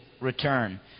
return